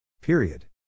Period